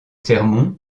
sermons